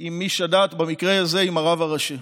עם איש הדת, במקרה הזה, עם הרב הראשי.